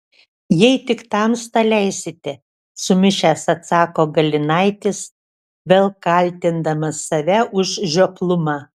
jei tik tamsta leisite sumišęs atsako galinaitis vėl kaltindamas save už žioplumą